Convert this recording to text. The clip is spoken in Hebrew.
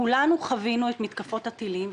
כולנו חווינו את מתקפות הטילים,